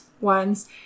ones